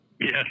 Yes